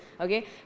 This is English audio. okay